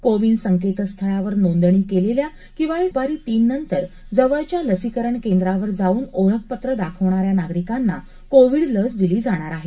कोविन संकेतस्थळावर नोंदणी केलेल्या किंवा दुपारी तीननंतर जवळच्या लसीकरण केंद्रावर जाऊन ओळखपत्र दाखवणाऱ्या नागरिकांना कोविड लस दिली जाणार आहे